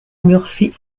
murphy